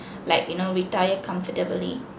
like you know retire comfortably